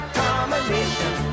combination